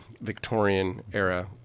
Victorian-era